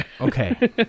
Okay